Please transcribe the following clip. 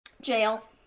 Jail